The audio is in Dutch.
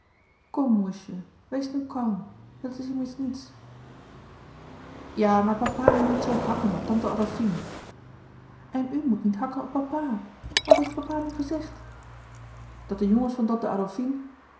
kom moesje wees nu kalm het is immers niets ja maar papa moet niet zoo hakken op tante adolfine en u moet niet hakken op papa wat heeft papa nu gezegd dat de jongens van tante adolfine